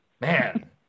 Man